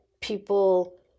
people